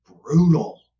Brutal